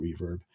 reverb